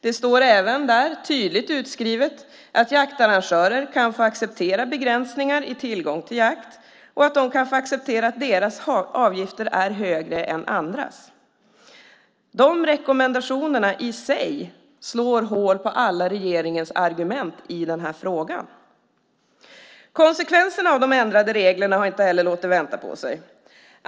Det står även tydligt skrivet att jaktarrangörer kan få acceptera begränsningar i tillgång till jakt och att de kan få acceptera att deras avgifter är högre än andras. Dessa rekommendationer i sig slår hål på alla regeringens argument i den här frågan. Konsekvenserna av de ändrade reglerna har inte heller låtit vänta på sig.